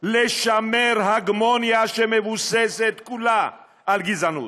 לשמר הגמוניה שמבוססת כולה על גזענות: